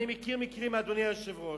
אני מכיר מקרים, אדוני היושב-ראש,